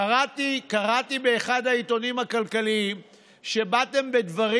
קראתי באחד העיתונים הכלכליים שבאתם בדברים